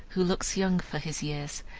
who looks young for his years,